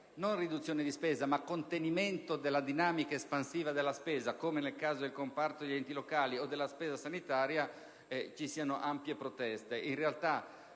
non riduzione di spesa, ma contenimento della dinamica espansiva della spesa, come nel caso del comparto degli enti locali o della spesa sanitaria, ci siano ampie proteste. In realtà,